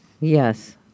yes